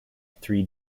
three